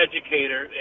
educator